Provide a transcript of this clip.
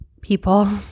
people